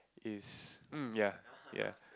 is um ya ya